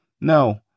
No